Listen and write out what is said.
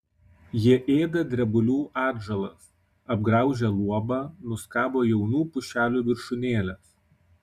jie ėda drebulių atžalas apgraužia luobą nuskabo jaunų pušelių viršūnėles